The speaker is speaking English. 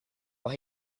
but